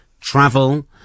travel